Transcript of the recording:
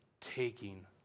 taking